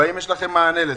האם יש להם מענה לזה?